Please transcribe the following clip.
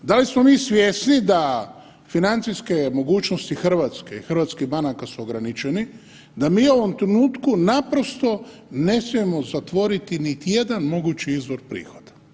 Da li smo mi svjesni da financijske mogućnosti Hrvatske i hrvatskih banaka su ograničeni, da mi u ovom trenutku naprosto ne smijemo zatvoriti niti jedan mogući izvor prihoda.